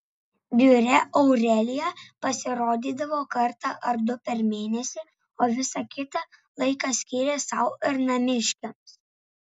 biure aurelija pasirodydavo kartą ar du per mėnesį o visą kitą laiką skyrė sau ir namiškiams